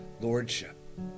lordship